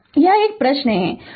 के लिए यह एक प्रश्न है